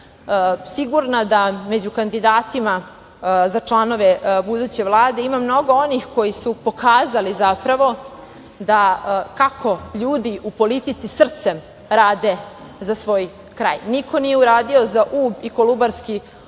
sigurna da među kandidatima za članove buduće Vlade ima mnogo onih koji su pokazali zapravo kako ljudi u politici srcem rade za svoj kraj. Niko nije uradio za Ub i Kolubarski